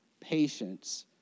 patience